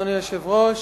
אדוני היושב-ראש,